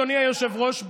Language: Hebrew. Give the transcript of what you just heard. אדוני היושב-ראש,